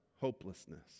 hopelessness